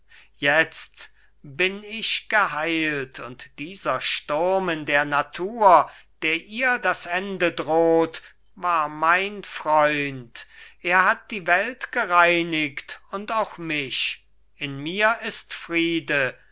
jetzt bin ich geheilt und dieser sturm in der natur der ihr das ende drohte war mein freund er hat die welt gereinigt und auch mich in mir ist friede